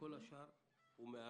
את כל השאר הוא מארח.